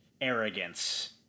arrogance